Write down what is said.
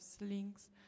links